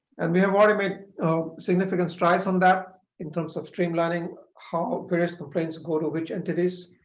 and we have already made significant strides on that in terms of streamlining how various complaints go to which entities,